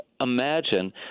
imagine